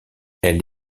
elle